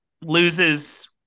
loses